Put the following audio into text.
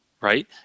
Right